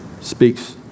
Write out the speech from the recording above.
speaks